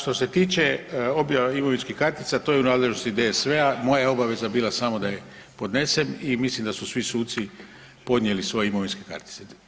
Što se tiče objave imovinskih kartica to je u nadležnosti DSV-a moja je obaveza bila samo da je podnesem i mislim da su svi suci podnijeli svoje imovinske kartice.